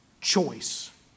choice